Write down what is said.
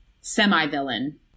Semi-villain